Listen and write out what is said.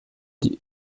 die